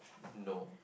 no